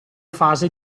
fase